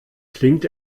klingt